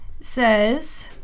says